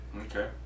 Okay